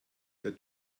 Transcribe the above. der